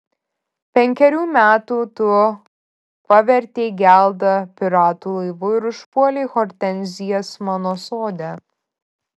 penkerių metų tu pavertei geldą piratų laivu ir užpuolei hortenzijas mano sode